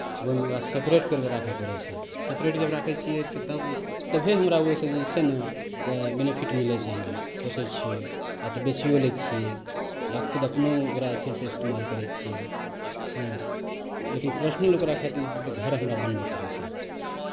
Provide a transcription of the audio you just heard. ओहिमे ओकरा सेपरेट करि कऽ राखय पड़ै छै सेपरेट जब राखै छियै तऽ तब तभे हमरा ओहिसँ जे छै ने उएह बेनीफिट मिलै छै हमरा पोसै छियै या तऽ बेचिओ लै छियै या खुद अपनो ओकरा जे छै से इस्तेमाल करै छियै लेकिन पर्सनल ओकरा खातिर जे छै से घर हमरा बनबय पड़ै छै